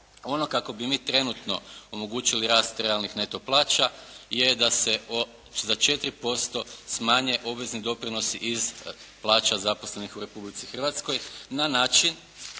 Ono kako bi mi trenutno omogućili rast realnih neto plaća je da se za 4% smanje obvezni doprinosi iz plaća zaposlenih u Republici Hrvatskoj na način